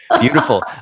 beautiful